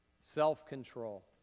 self-control